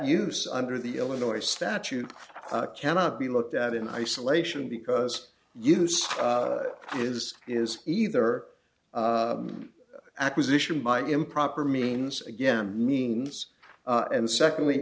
use under the illinois statute cannot be looked at in isolation because use is is either acquisition by improper means again means and secondly